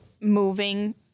moving